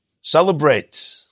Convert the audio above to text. celebrate